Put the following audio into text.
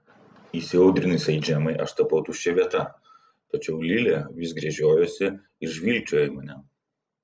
įsiaudrinusiai džemai aš tapau tuščia vieta tačiau lilė vis gręžiojosi ir žvilgčiojo į mane